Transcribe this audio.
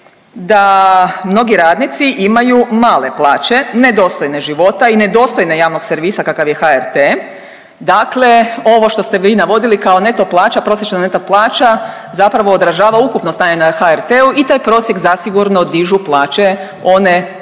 da mnogi radnici imaju male plaće, nedostojne života i nedostojne javnog servisa kakav je HRT. Dakle, ovo što ste vi navodili kao neto plaća, prosječna neto plaća zapravo odražava ukupno stanje na HRT-u i taj prosjek zasigurno dižu plaće one poput